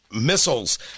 missiles